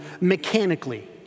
mechanically